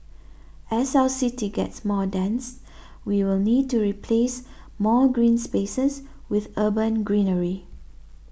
as our city gets more dense we will need to replace more green spaces with urban greenery